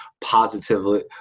positively